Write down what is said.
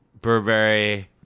Burberry